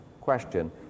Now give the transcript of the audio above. question